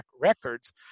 records